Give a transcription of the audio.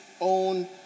own